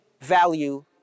value